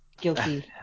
guilty